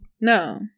No